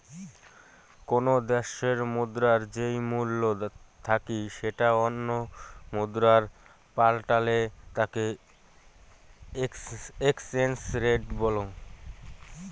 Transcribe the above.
কোনো দ্যাশের মুদ্রার যেই মূল্য থাকি সেটা অন্য মুদ্রায় পাল্টালে তাকে এক্সচেঞ্জ রেট বলং